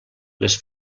les